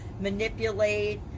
manipulate